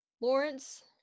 Lawrence